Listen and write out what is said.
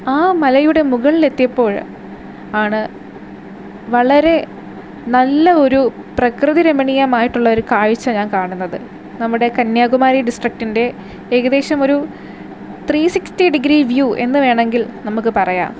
ആ മലയുടെ മുകളിലെത്തിയപ്പോൾ ആണ് വളരെ നല്ല ഒരു പ്രകൃതി രമണീയമായിട്ടുള്ള ഒരു കാഴ്ച ഞാൻ കാണുന്നത് നമ്മുടെ കന്യാകുമാരി ഡിസ്ട്രിക്ടിൻ്റെ ഏകദേശം ഒരു ത്രീ സിക്സ്റ്റി ഡിഗ്രി വ്യൂ എന്നു വേണമെങ്കിൽ നമുക്ക് പറയാം